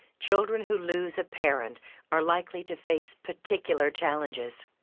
children who lose a parent are likely to face particular challenges.